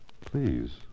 Please